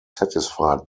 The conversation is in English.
satisfied